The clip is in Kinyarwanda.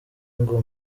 ngo